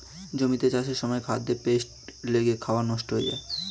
জমিতে চাষের সময় খাদ্যে পেস্ট লেগে খাবার নষ্ট হয়ে যায়